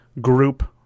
group